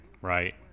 right